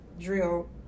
drill